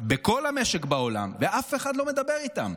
בכל המשק בעולם, ואף אחד לא מדבר איתן.